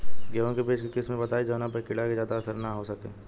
गेहूं के बीज के किस्म बताई जवना पर कीड़ा के ज्यादा असर न हो सके?